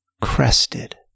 crested